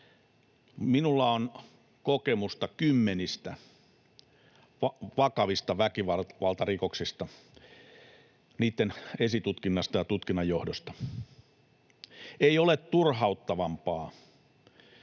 Minulla on kokemusta kymmenistä vakavista väkivaltarikoksista, niitten esitutkinnasta ja tutkinnan johdosta. Ei ole turhauttavampaa